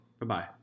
Bye-bye